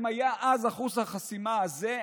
אם היה אז אחוז החסימה הזה,